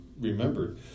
remembered